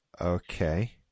Okay